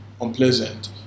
unpleasant